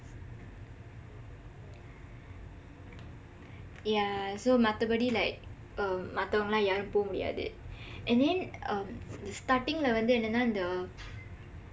yah so மத்த படி:maththa padi like uh மத்தவங்க எல்லாம் யாரும் போக முடியாது:maththavangka ellaam yaarum pooka mudiyaathu and then uh startinglae வந்து என்னன்னா வந்து அந்த:vandthu ennannaa vandthu andtha